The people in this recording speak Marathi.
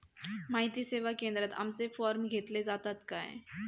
माहिती सेवा केंद्रात आमचे फॉर्म घेतले जातात काय?